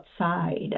outside